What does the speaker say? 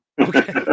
Okay